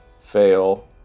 Fail